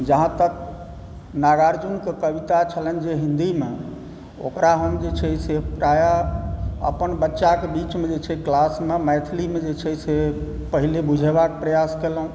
जहाँ तक नागार्जुनके कविता छलनि जे हिंदीमे ओकरा हम जे छै से प्रायः अपन बच्चाके बीचमे जे छै क्लासमे मैथिलीमे जे छै से पहिले बुझेबाक प्रयास केलहुँ